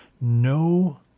no